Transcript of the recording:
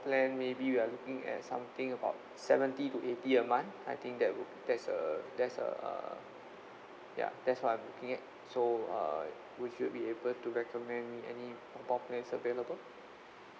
plan maybe we are looking at something about seventy to eighty a month I think that would that's a that's a uh ya that's what I'm looking at so uh would you be able to recommend me any mobile plans available